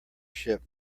ship